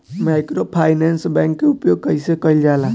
Microfinance bank के उपयोग कइसे कइल जाला?